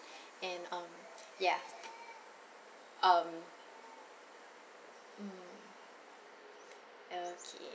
and um ya um mm okay